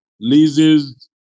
leases